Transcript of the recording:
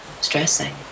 Stressing